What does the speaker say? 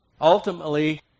Ultimately